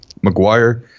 McGuire